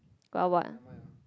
what what